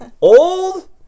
Old